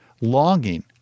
longing